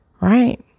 right